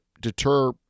deter